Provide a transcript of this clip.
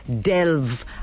delve